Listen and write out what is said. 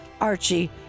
Archie